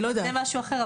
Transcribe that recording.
זה משהו אחר.